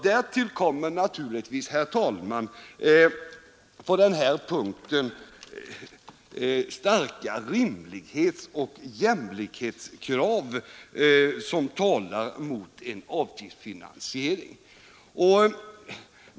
Därtill kommer naturligtvis, herr talman, att starka rimlighetsoch jämlikhetskrav talar mot en avgiftsfinansiering.